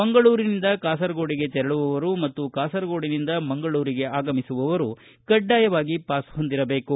ಮಂಗಳೂರಿನಿಂದ ಕಾಸರಗೋಡಿಗೆ ತೆರಳುವವರು ಮತ್ತು ಕಾಸರಗೋಡಿನಿಂದ ಮಂಗಳೂರಿಗೆ ಆಗಮಿಸುವವರು ಕಡ್ಡಾಯವಾಗಿ ಪಾಸ್ ಹೊಂದಿರಬೇಕು